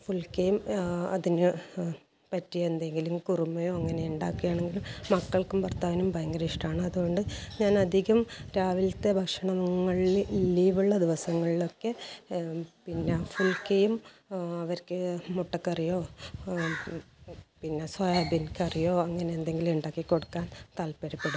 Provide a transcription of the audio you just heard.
ഫുൽക്കേം അതിന് പറ്റിയ എന്തെങ്കിലും കുറുമായോ അങ്ങനെ ഉണ്ടാക്കയാണെങ്കിൽ മക്കൾക്കും ഭർത്താവിനും ഭയങ്കര ഇഷ്ടമാണ് അതുകൊണ്ട് ഞാനധികം രാവിലത്തെ ഭക്ഷണങ്ങളിൽ ലീവുള്ള ദിവസങ്ങളിലൊക്കെ പിന്നെ ഫുൽക്കേം അവർക്ക് മുട്ടക്കറിയോ പിന്നെ സോയാബീൻ കറിയോ അങ്ങനെ എന്തെങ്കിലും ഉണ്ടാക്കി കൊടുക്കാൻ താല്പര്യപ്പെടുന്നുണ്ട്